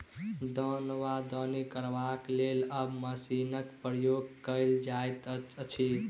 दौन वा दौनी करबाक लेल आब मशीनक प्रयोग कयल जाइत अछि